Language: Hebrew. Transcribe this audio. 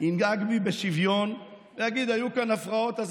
ינהג בי בשוויון ויגיד: היו כאן הפרעות,